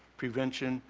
prevention,